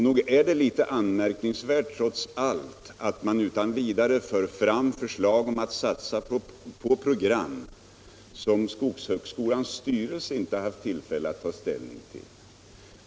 Nog är det litet anmärkningsvärt, trots allt, att man utan vidare för fram förslag om att satsa på program som skogshögskolans styrelse inte haft tillfälle att ta ställning till.